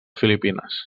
filipines